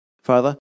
Father